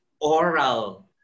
oral